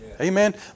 amen